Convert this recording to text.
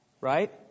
Right